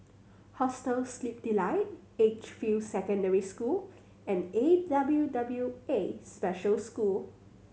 Hostel Sleep Delight Edgefield Secondary School and A W W A Special School